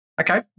Okay